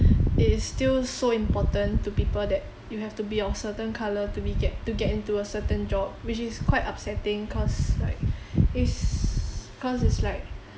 it is still so important to people that you have to be of a certain colour to be get to get into a certain job which is quite upsetting cause like is cause it's like